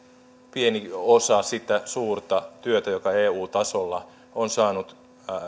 pieni osa sitä suurta työtä joka eu tasolla on saanut